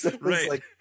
Right